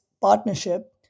partnership